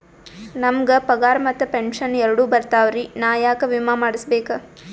ನಮ್ ಗ ಪಗಾರ ಮತ್ತ ಪೆಂಶನ್ ಎರಡೂ ಬರ್ತಾವರಿ, ನಾ ಯಾಕ ವಿಮಾ ಮಾಡಸ್ಬೇಕ?